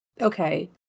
Okay